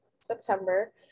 September